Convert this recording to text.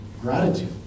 gratitude